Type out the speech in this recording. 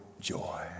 joy